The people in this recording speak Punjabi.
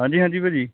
ਹਾਂਜੀ ਹਾਂਜੀ ਭਾਅ ਜੀ